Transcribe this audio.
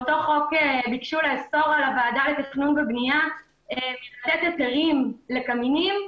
באותו חוק ביקשו לאסור על הוועדה לתכנון ובנייה לתת היתרים לקמינים,